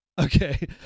okay